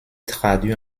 traduit